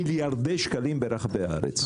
במיליארדי שקלים ברחבי הארץ,